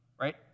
right